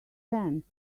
cents